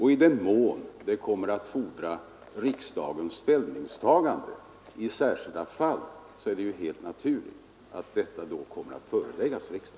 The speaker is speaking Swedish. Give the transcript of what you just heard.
I den mån riksdagens ställningstagande i särskilda fall kommer att erfordras är det helt naturligt att sådana frågor kommer att föreläggas riksdagen.